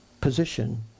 position